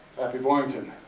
pappy boyington,